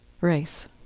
race